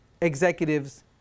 executives